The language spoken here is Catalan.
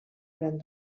gran